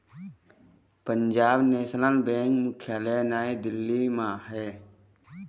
Punjab national bank मुख्यालय नई दिल्ली म हे